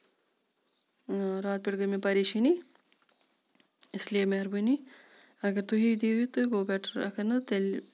راتہٕ پٮ۪ٹھ گٔیے مےٚ پَریشٲنی اس لیے مہربٲنی اَگر تُہی دِیو تہٕ گوٚو بیٹر اگر نہٕ تیٚلہِ